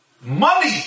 Money